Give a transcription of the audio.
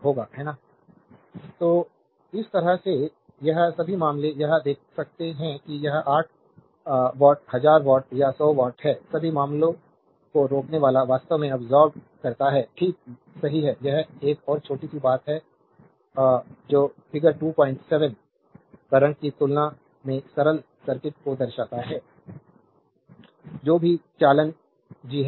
slide time देखें 3116 तो इस तरह से यह सभी मामले यह देख सकते हैं कि यह 8 वाट हजार वाट या 100 वाट है सभी मामलों को रोकनेवाला वास्तव में अब्सोर्बेद करता है ठीक यही है यह एक और छोटी सी बात है जो फिगर 27 करंट की तुलना में सरल सर्किट को दर्शाता है जो कि चालन जी है